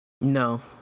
no